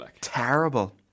Terrible